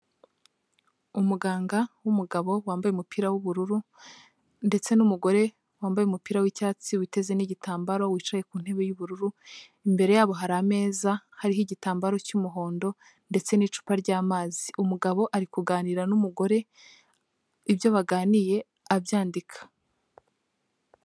Umuganga w'umugabo wambaye umupira w'ubururu ndetse n'umugore wambaye umupira w'icyatsi witeze n'igitambaro, wicaye ku ntebe y'ubururu. Imbere yabo hari ameza hariho igitambaro cy'umuhondo ndetse n'icupa ry'amazi. Umugabo arikuganira n'umugore ibyo baganiye abyandika.